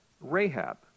Rahab